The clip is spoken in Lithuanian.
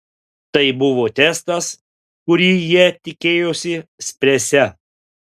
tai buvo testas kurį jie tikėjosi spręsią